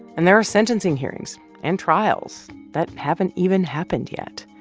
and there are sentencing hearings and trials that haven't even happened yet,